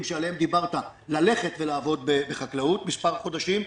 שעליהם דיברת ללכת ולעבוד בחקלאות במשך מספר חודשים.